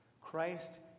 Christ